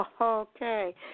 Okay